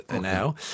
now